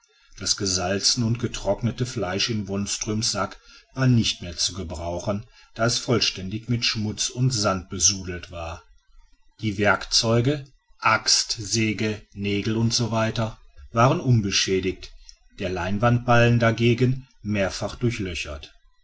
das gesalzene und getrocknete fleisch in wonström's sack war nicht mehr zu gebrauchen da es vollständig mit schmutz und sand besudelt war die werkzeuge axt säge nägel etc waren unbeschädigt der leinwandballen dagegen mehrfach durchlöchert